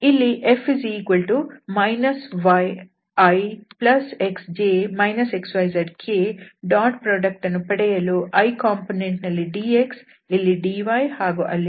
ಇಲ್ಲಿ F yixj xyzk dot product ಅನ್ನು ಪಡೆಯಲು i ಕಂಪೋನೆಂಟ್ ನಲ್ಲಿ dx ಇಲ್ಲಿ dy ಹಾಗೂ ಅಲ್ಲಿ dz k ಕಂಪೋನೆಂಟ್ ಜೊತೆಗೆ